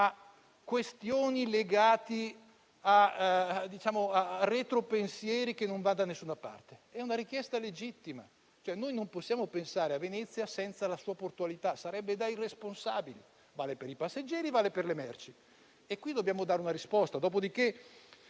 su questo tema con retro pensieri che non ci portano da nessuna parte. È una richiesta legittima. Noi non possiamo pensare a Venezia senza la sua portualità. Sarebbe da irresponsabili. Vale per i passeggeri e vale per le merci. Dobbiamo dare una risposta. Dopodiché,